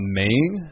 main